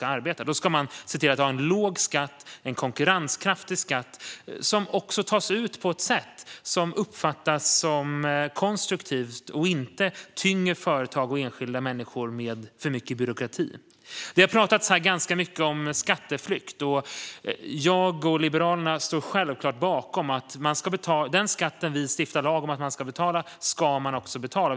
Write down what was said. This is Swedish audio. I stället ska man se till att ha en låg och konkurrenskraftig skatt som tas ut på ett sätt som uppfattas som konstruktivt och inte tynger företag och enskilda människor med för mycket byråkrati. Det har pratats ganska mycket om skatteflykt här. Jag och Liberalerna står självklart bakom att den skatt vi lagstiftar om att man ska betala, den ska man också betala.